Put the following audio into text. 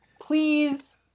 please